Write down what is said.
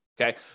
okay